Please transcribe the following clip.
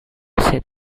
set